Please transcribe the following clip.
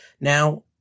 Now